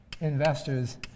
investors